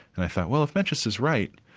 and i thought, well if mencius is right,